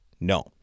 No